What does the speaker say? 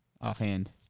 Offhand